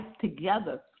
together